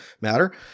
matter